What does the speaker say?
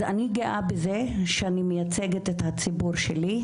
אז אני גאה בזה שאני מייצגת את הציבור שלי,